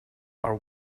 are